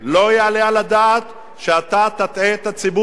לא יעלה על הדעת שאתה תטעה את הציבור.